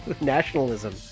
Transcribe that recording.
nationalism